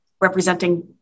representing